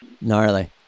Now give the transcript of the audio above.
Gnarly